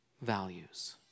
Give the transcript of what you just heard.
values